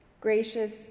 gracious